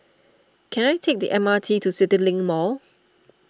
can I take the M R T to CityLink Mall